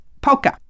polka